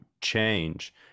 change